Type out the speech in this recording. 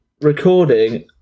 recording